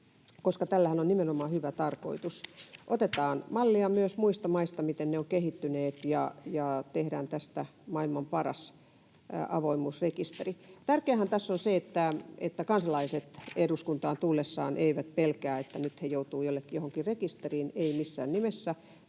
koska tällähän on nimenomaan hyvä tarkoitus. Otetaan mallia myös muista maista, miten ne ovat kehittyneet, ja tehdään tästä maailman paras avoimuusrekisteri. Tärkeäähän tässä on se, että kansalaiset eduskuntaan tullessaan eivät pelkää, että nyt he joutuvat johonkin rekisteriin — eivät missään nimessä.